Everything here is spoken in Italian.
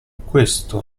questo